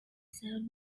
served